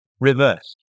reversed